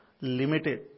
limited